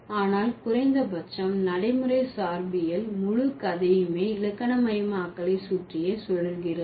ஆனால் குறைந்தபட்சம் நடைமுறை சார்பியல் முழு கதையுமே இலக்கணமயமாக்கலை சுற்றியே சுழல்கிறது